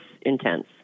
intense